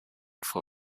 for